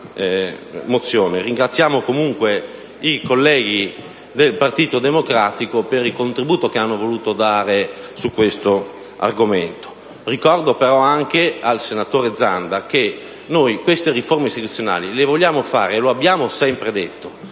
Ringraziamo comunque i colleghi del Partito Democratico per il contributo che hanno voluto dare su questo argomento. Ricordo però al senatore Zanda che noi queste riforme istituzionali le vogliamo fare, e lo abbiamo sempre detto.